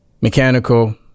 mechanical